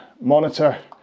monitor